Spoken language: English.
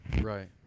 Right